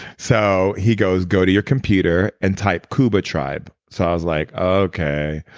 so he goes, go to your computer and type kuba tribe. so i was like, ah okay.